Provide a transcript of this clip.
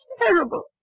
Terrible